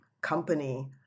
company